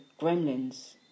gremlins